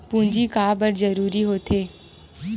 पूंजी का बार जरूरी हो थे?